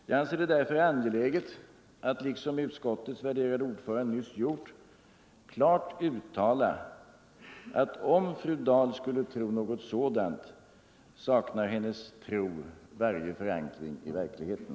Jag anser det därför angeläget att, liksom utskottets värderade ordförande nyss gjort, klart uttala att om fru Dahl skulle tro något sådant, saknar hennes tro varje förankring i verkligheten.